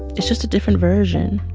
it's just a different version.